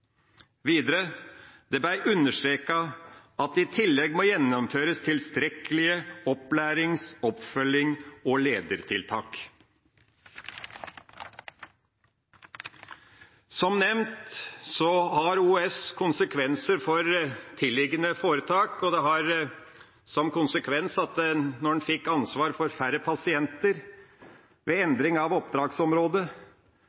Videre ble det understreket at «det i tillegg må gjennomføres tilstrekkelige opplærings-, oppfølgings- og ledertiltak». Som nevnt har OUS konsekvenser for tilliggende foretak, og det førte til at da en fikk ansvar for færre pasienter ved